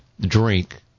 drink